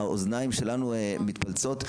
האוזניים שלנו מתפלצות,